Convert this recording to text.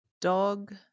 Dog